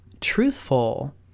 truthful